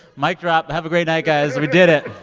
mic drop have a great night, guys. we did it